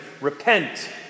Repent